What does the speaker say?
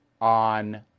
on